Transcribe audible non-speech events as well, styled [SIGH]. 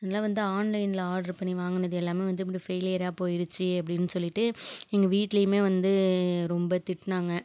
எல்லாம் வந்து ஆன்லைனில் ஆட்ரு பண்ணி வாங்கினது எல்லாமே வந்து [UNINTELLIGIBLE] ஃபெய்லியராக போயிடுச்சு அப்படின்னு சொல்லிவிட்டு எங்க வீட்டிலையுமே வந்து ரொம்ப திட்டினாங்க